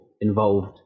involved